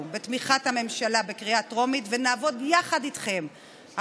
בתמיכת הממשלה בקריאה טרומית ונעבוד יחד איתכם,